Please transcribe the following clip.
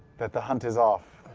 that the hunt is off.